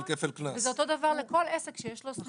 זה אותו דבר לגבי כל עסק שיש לו סניפים.